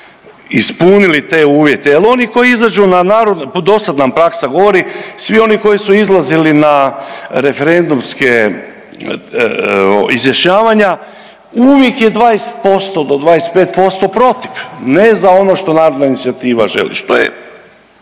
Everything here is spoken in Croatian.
ispunili te uvjete. Jel oni koji izađu na … do sad nam praksa govori svi oni koji su izlazili na referendumske izjašnjavanja uvijek je 20% do 25% protiv, ne za ono što narodna inicijativa želi što je